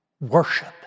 worship